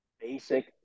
basic